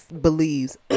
believes